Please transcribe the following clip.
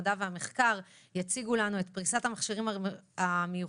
המדע והמחקר יציגו לנו את פריסת המכשירים המיוחדים,